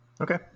Okay